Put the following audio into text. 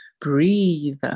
breathe